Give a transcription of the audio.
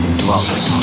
drugs